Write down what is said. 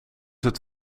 het